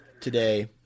today